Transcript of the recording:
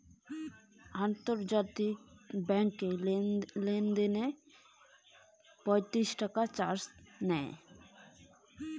আন্তর্জাতিক লেনদেনে ব্যাংক কত টাকা চার্জ নেয়?